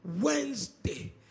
Wednesday